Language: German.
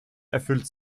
erfüllt